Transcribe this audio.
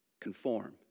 conform